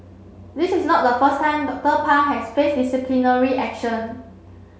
this is not the first time Doctor Pang has faced disciplinary action